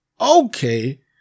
okay